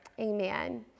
Amen